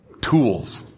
tools